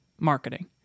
marketing